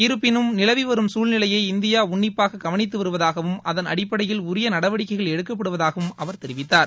இருப்பினும் நிலவிவரும் சசூழ்நிலையை இந்தியா உன்னிப்பாக கவனித்து வருவதாகவும் அதன் அடிப்படையில் உரிய நடவடிக்கைகள் எடுக்கப்படுவதாவும் அவர் தெரிவித்தார்